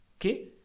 Okay